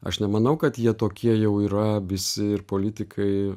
aš nemanau kad jie tokie jau yra visi politikai